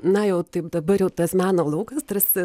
na jau taip dabar jau tas meno laukas tarsi